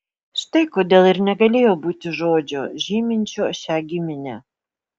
štai kodėl ir negalėjo būti žodžio žyminčio šią giminę